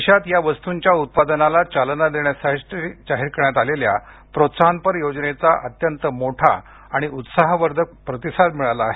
देशात या वस्तुंच्या उत्पादनाला चालना देण्यासाठी जाहीर करण्यात आलेल्या प्रोत्साहनपर योजनेचा अत्यंत मोठा आणि उत्साहवर्धक प्रतिसाद मिळाला आहे